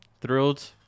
thrilled